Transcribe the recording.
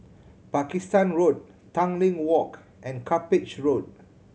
Pakistan Road Tanglin Walk and Cuppage Road